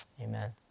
amen